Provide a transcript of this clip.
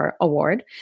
Award